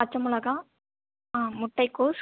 பச்சைமொளகா முட்டைக்கோஸ்